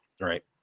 right